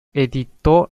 editó